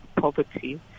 poverty